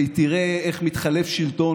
והיא תראה איך מתחלף שלטון.